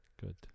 Good